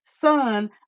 son